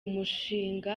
mushinga